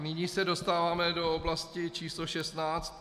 Nyní se dostáváme do oblasti číslo 16.